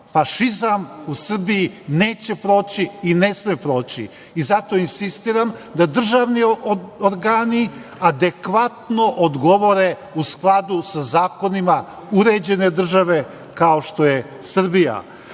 Fašizam u Srbiji neće proći i ne sme proći. Zato insistiram da državni organi adekvatno odgovore, u skladu sa zakonima uređene države, kao što je Srbija. Zbog